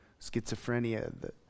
schizophrenia